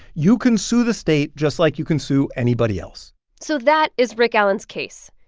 you can sue the state just like you can sue anybody else so that is rick allen's case.